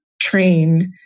trained